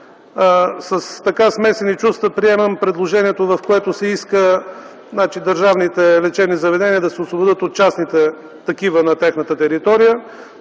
Със смесени чувства приемам предложението, в което се иска държавните лечебни заведения да се освободят от частните такива на тяхната територия.